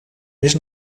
més